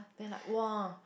then like !wah!